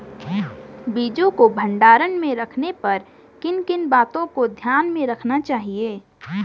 बीजों को भंडारण में रखने पर किन किन बातों को ध्यान में रखना चाहिए?